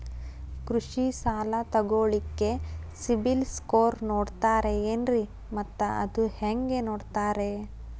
ಕೃಷಿ ಸಾಲ ತಗೋಳಿಕ್ಕೆ ಸಿಬಿಲ್ ಸ್ಕೋರ್ ನೋಡ್ತಾರೆ ಏನ್ರಿ ಮತ್ತ ಅದು ಹೆಂಗೆ ನೋಡ್ತಾರೇ?